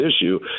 issue